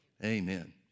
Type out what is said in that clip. Amen